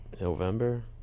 November